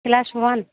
class one